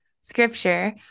scripture